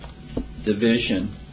division